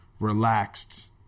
relaxed